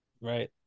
Right